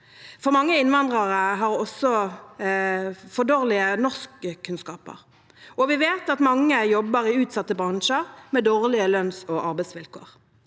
For mange innvandrere har også for dårlige norskkunnskaper, og vi vet at mange jobber i utsatte bransjer med dårlige lønns- og arbeidsvilkår.